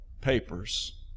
papers